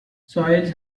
soils